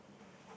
okay